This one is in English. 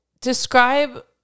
describe